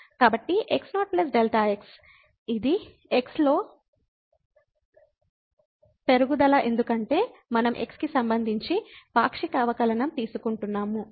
కాబట్టి x0 Δx ఇది x లో పెరుగుదల ఎందుకంటే మనం x కి సంబంధించి పాక్షిక అవకలనం తీసుకుంటున్నాము